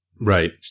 Right